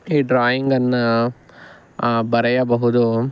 ಈ ಡ್ರಾಯಿಂಗ್ ಅನ್ನು ಬರೆಯಬಹುದು